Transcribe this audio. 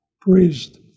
priest